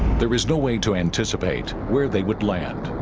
there is no way to anticipate where they would land